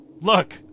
Look